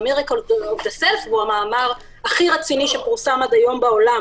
והוא המאמר הכי רציני שפורסם עד היום בעולם